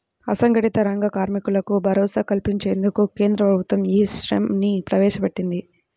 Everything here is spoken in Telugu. అసంఘటిత రంగ కార్మికులకు భరోసా కల్పించేందుకు కేంద్ర ప్రభుత్వం ఈ శ్రమ్ ని ప్రవేశపెట్టింది